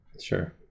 Sure